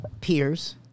peers